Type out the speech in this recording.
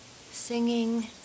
singing